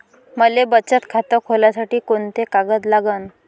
मले बचत खातं खोलासाठी कोंते कागद लागन?